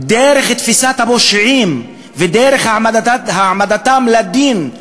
דרך תפיסת הפושעים והעמדתם לדין,